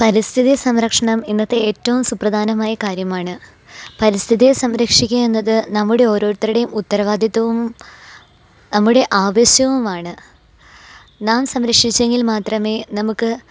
പരിസ്ഥിതി സംരക്ഷണം ഇന്നത്തെ ഏറ്റവും സുപ്രധാനമായ കാര്യമാണ് പരിസ്ഥിതിയെ സംരക്ഷിക്കുക എന്നത് നമ്മുടെ ഓരോരുത്തരുടെയും ഉത്തരവാദിത്തവും നമ്മുടെ ആവിശ്യവുമാണ് നാം സംരക്ഷിച്ചെങ്കിൽ മാത്രമേ നമുക്ക്